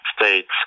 States